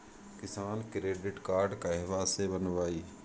किसान credit card कहवा से बनवाई?